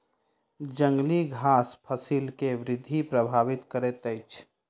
जंगली घास फसिल के वृद्धि प्रभावित करैत अछि